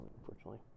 unfortunately